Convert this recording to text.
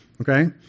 okay